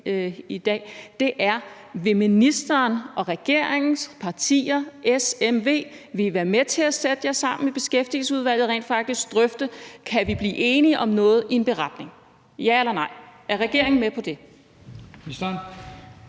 i dag, er: Vil ministeren og regeringens partier, SVM, være med til at sætte sig sammen i Beskæftigelsesudvalget og rent faktisk drøfte, om vi kan blive enige om noget i en beretning – ja eller nej? Er regeringen med på det?